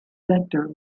vector